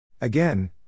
Again